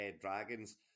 Dragons